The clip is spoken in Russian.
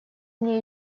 мне